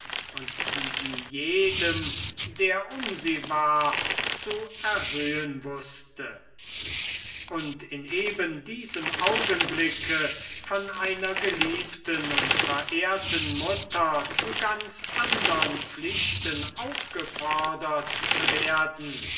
und die sie jedem der um sie war zu erhöhen wußte und in eben diesem augenblicke von einer geliebten und verehrten mutter zu ganz andern pflichten aufgefordert zu werden